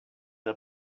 der